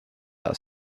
are